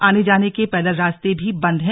आने जाने के पैदल रास्ते भी बंद हैं